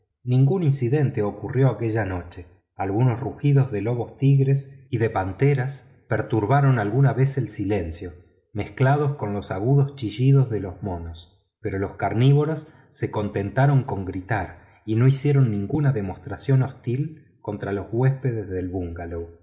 ningún incidente ocurrió aquella noche algunos rugidos de lobos tigres y de panteras perturbaron alguna vez el silencio mezclados con los agudos chillidos de los monos pero los carnívoros se contentaron con gritar y no hicieron ninguna demostración hostil contra los huéspedes del bungalow